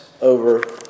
over